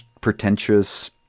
pretentious